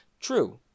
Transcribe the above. True